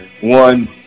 one